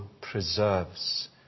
preserves